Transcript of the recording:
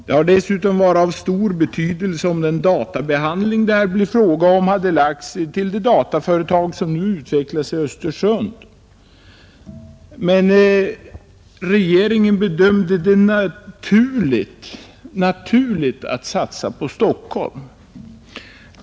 Det hade dessutom varit av stor betydelse, om den databehandling det här blir fråga om hade förlagts till det dataföretag som nu utvecklas i Östersund. Men regeringen bedömde det naturligt att satsa på Stockholm.